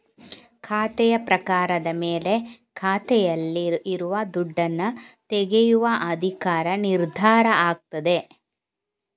ಖಾತೆಯ ಪ್ರಕಾರದ ಮೇಲೆ ಖಾತೆಯಲ್ಲಿ ಇರುವ ದುಡ್ಡನ್ನ ತೆಗೆಯುವ ಅಧಿಕಾರ ನಿರ್ಧಾರ ಆಗ್ತದೆ